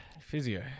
Physio